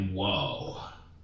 whoa